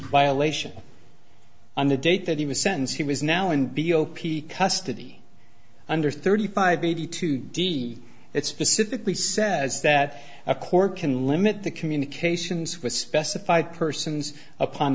violation on the date that he was sentence he was now in b o p custody under thirty five eighty two d it specifically says that a court can limit the communications with specified persons upon